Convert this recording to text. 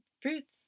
fruits